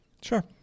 Sure